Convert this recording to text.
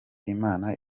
imana